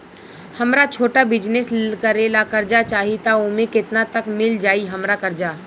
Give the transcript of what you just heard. हमरा छोटा बिजनेस करे ला कर्जा चाहि त ओमे केतना तक मिल जायी हमरा कर्जा?